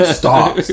stop